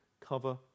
cover